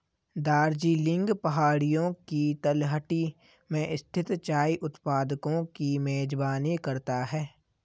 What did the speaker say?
दार्जिलिंग पहाड़ियों की तलहटी में स्थित चाय उत्पादकों की मेजबानी करता है